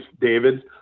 David